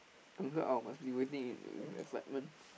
Uncle-Aw must be waiting in with excitement